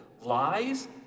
lies